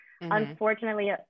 Unfortunately